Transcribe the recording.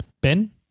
Ben